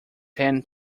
ten